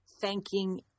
thanking